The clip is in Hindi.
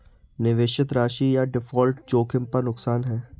निवेशित राशि या डिफ़ॉल्ट जोखिम पर नुकसान है